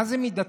מה זה מידתית?